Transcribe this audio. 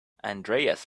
andreas